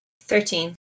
Thirteen